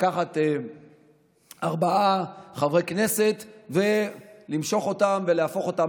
לקחת ארבעה חברי כנסת ולמשוך אותם ולהפוך אותם